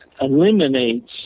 eliminates